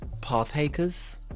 partakers